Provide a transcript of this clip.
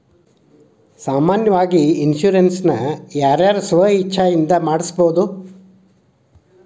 ಸಾಮಾನ್ಯಾವಾಗಿ ಇನ್ಸುರೆನ್ಸ್ ನ ಯಾರ್ ಯಾರ್ ಸ್ವ ಇಛ್ಛೆಇಂದಾ ಮಾಡ್ಸಬೊದು?